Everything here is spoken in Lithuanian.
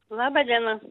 laba diena